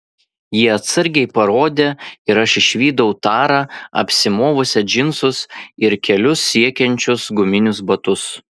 ji atsargiai parodė ir aš išvydau tarą apsimovusią džinsus ir kelius siekiančius guminius botus